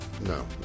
no